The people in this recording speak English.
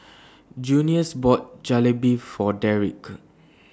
Junius bought Jalebi For Derick